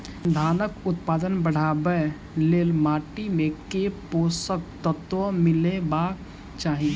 धानक उत्पादन बढ़ाबै लेल माटि मे केँ पोसक तत्व मिलेबाक चाहि?